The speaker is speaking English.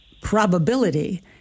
probability